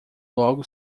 logo